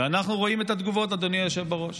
ואנחנו רואים את התגובות, אדוני היושב בראש.